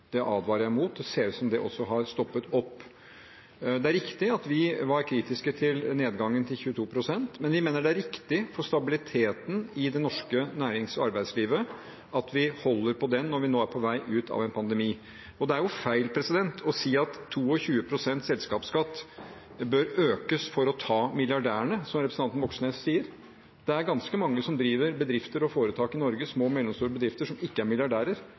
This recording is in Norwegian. Det advarer jeg mot. Det ser ut som det også har stoppet opp. Det er riktig at vi var kritiske til nedgangen til 22 pst., men vi mener det er riktig for stabiliteten i det norske nærings- og arbeidslivet at vi holder på den når vi nå er på vei ut av en pandemi. Det er feil å si at 22 pst. selskapsskatt bør økes for å ta milliardærene, som representanten Moxnes sier. Det er ganske mange som driver bedrifter og foretak i Norge, små og mellomstore bedrifter, som ikke er milliardærer,